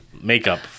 makeup